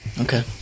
Okay